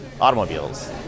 automobiles